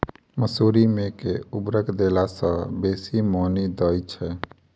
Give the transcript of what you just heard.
मसूरी मे केँ उर्वरक देला सऽ बेसी मॉनी दइ छै?